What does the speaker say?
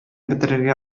бетерергә